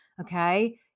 Okay